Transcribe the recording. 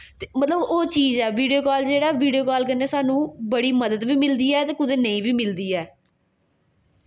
ते मतलब ओह् चीज़ ऐ वीडियो कॉल जेह्ड़ा वीडियो कॉल कन्नै सानूं बड़ी मदद बी मिलदी ऐ ते कुदै नेईं बी मिलदी ऐ